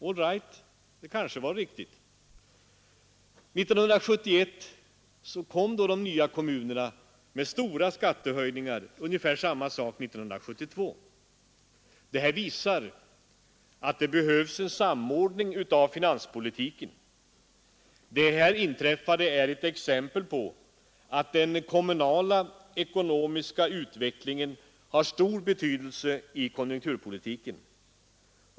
År 1971 kom så de nya kommunerna med stora skattehöjningar, och ungefär samma sak hände 1972. Detta visar att det behövs en samordning av finanspolitiken. Det inträffade är ett exempel på att den kommunala ekonomiska utvecklingen har stor betydelse i konjunkturpolitiken.